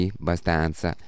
abbastanza